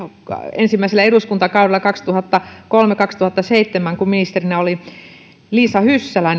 ensimmäisellä eduskuntakaudellani kaksituhattakolme viiva kaksituhattaseitsemän kun ministerinä oli liisa hyssälä